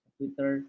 Twitter